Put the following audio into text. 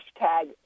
hashtag